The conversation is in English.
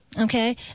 okay